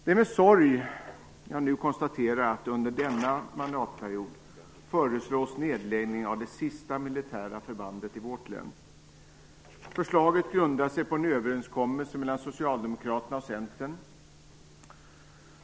Det är med sorg jag nu konstaterar att det under denna mandatperiod föreslås nedläggning av det sista militära förbandet i vårt län. Förslaget grundar sig på en överenskommelse mellan Socialdemokraterna och Centern.